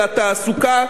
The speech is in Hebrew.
על התעסוקה,